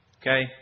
Okay